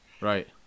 Right